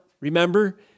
Remember